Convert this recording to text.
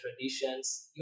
traditions